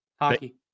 hockey